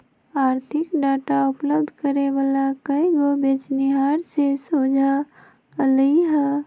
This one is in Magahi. आर्थिक डाटा उपलब्ध करे वला कएगो बेचनिहार से सोझा अलई ह